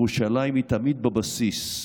ירושלים היא תמיד בבסיס,